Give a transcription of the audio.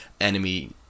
enemy